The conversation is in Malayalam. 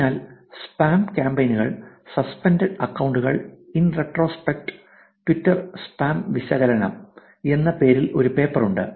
അതിനാൽ സ്പാം കാമ്പെയ്നുകൾ സസ്പെൻഡഡ് അക്കൌണ്ടുകൾ ഇൻ റെട്രോസ്പെക്റ്റ് ട്വിറ്റർ സ്പാം വിശകലനം Suspended accounts in Retrospect An Analysis of Twitter Spam" എന്ന പേരിൽ ഒരു പേപ്പർ ഉണ്ട്